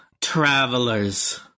travelers